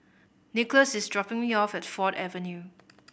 Nicholaus is dropping me off at Ford Avenue